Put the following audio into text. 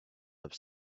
have